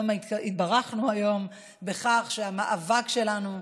התברכנו היום בכך שהמאבק שלנו,